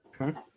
Okay